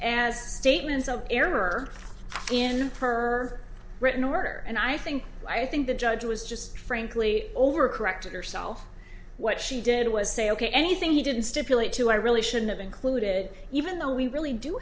as statements of error in her written order and i think i think the judge was just frankly over corrected herself what she did was say ok anything he didn't stipulate to i really should've included even though we really do